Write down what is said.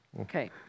Okay